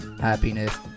happiness